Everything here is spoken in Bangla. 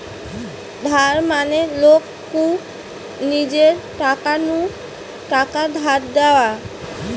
ধার মানে লোক কু নিজের টাকা নু টাকা ধার দেওয়া